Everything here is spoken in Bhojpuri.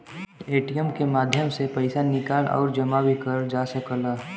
ए.टी.एम के माध्यम से पइसा निकाल आउर जमा भी करल जा सकला